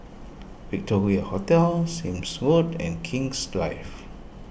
Victoria Hotel Sime's Road and King's Drive